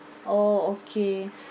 oh okay